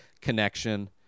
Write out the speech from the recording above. connection